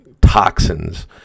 toxins